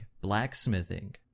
blacksmithing